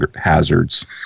hazards